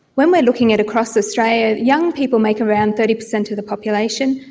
when we are looking at across australia, young people make around thirty percent of the population,